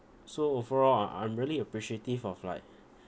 so overall uh I'm really appreciative of like